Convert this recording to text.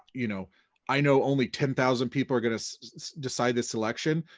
you know i know only ten thousand people are gonna decide this election.